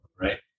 Right